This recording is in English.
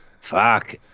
fuck